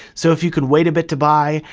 so if you could wait a bit to buy,